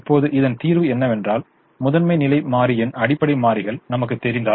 இப்போது இதன் தீர்வு என்னவென்றால் முதன்மைநிலை மாறியின் அடிப்படை மாறிகள் நமக்குத் தெரிந்தால்